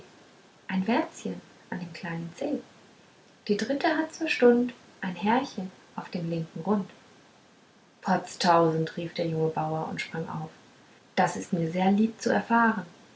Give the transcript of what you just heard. ein wärzchen an dem kleinen zeh die dritte hat zur stund ein härchen auf dem linken rund potztausend rief der junge bauer und sprang auf das ist mir sehr lieb zu erfahren